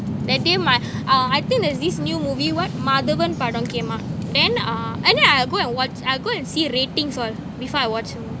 that day my uh I think there's this new movie what then uh and then I go and watch I go and see ratings on before I watch